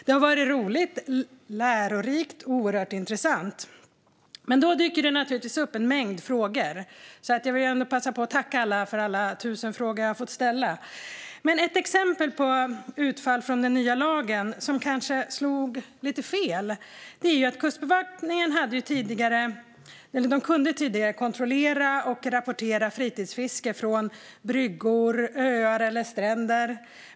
Det har varit roligt, lärorikt och oerhört intressant. Naturligtvis dyker en mängd frågor upp. Jag vill här passa på att tacka för alla tusen frågor som jag har fått ställa. Ett exempel på ett utfall av den nya lagen som kanske slog lite fel är att Kustbevakningen tidigare kunde kontrollera och rapportera fritidsfiske från bryggor, öar och stränder.